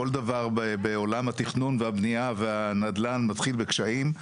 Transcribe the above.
כל דבר בעולם התכנון והבניה והנדל"ן מתחיל בקשיים.